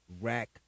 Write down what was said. Rack